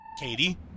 Katie